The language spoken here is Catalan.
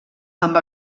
amb